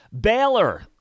Baylor